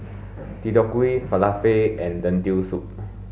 Deodeok Gui Falafel and Lentil soup